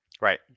Right